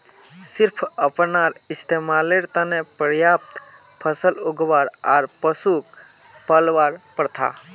सिर्फ अपनार इस्तमालेर त न पर्याप्त फसल उगव्वा आर पशुक पलवार प्रथा